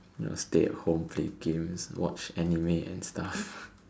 you know stay at home play games watch anime and stuff